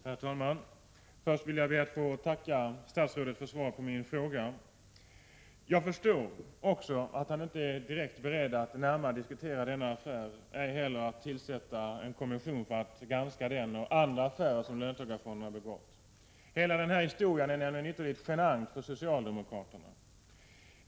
Herr talman! Först vill jag be att få tacka statsrådet för svaret på min fråga. Jag förstår att statsrådet inte är direkt beredd att närmare diskutera denna affär, ej heller att tillsätta en kommission för att granska denna och andra affärer som löntagarfonderna har gjort. Hela denna historia är nämligen ytterligt genant för socialdemokraterna.